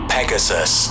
Pegasus